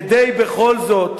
כדי בכל זאת